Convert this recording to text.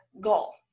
goal